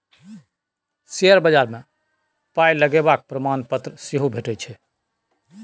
share बजार मे पाय लगेबाक प्रमाणपत्र सेहो भेटैत छै